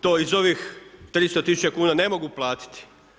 To iz ovih 300 000 kuna ne mogu platiti.